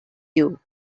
you